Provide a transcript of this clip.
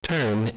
Turn